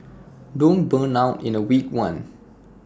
don't burn out in A week one